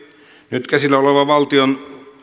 nyt käsillä oleva